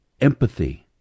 empathy